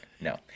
No